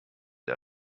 der